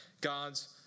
God's